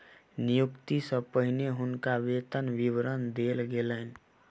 नियुक्ति सॅ पहिने हुनका वेतन विवरण देल गेलैन